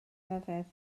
rhyfedd